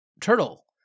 turtle